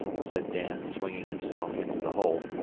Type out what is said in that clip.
said dan, swinging himself into the hold.